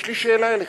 יש לי שאלה אליכם: